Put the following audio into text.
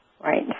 Right